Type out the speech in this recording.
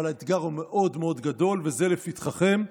אבל האתגר הוא מאוד מאוד גדול, וזה לפתחכם,